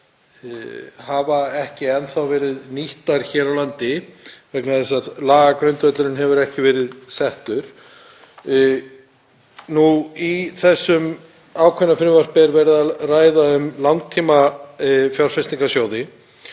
hafa ekki enn verið nýttar hér á landi vegna þess að lagagrundvöllurinn hefur ekki verið settur. Í þessu ákveðna frumvarpi er verið að ræða um langtímafjárfestingarsjóði.